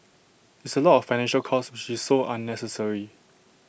it's A lot of financial cost which's so unnecessary